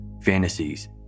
fantasies